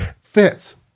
fits